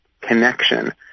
connection